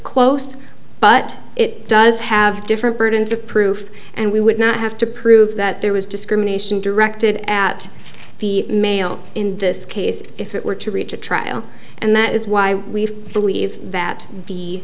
close to but it does have a different burden of proof and we would not have to prove that there was discrimination directed at the mail in this case if it were to reach a trial and that is why we believe that the